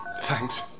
Thanks